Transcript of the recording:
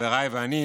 חבריי ואני,